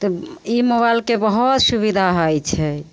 तऽ ई मोबाइलके बहुत सुविधा होइ छै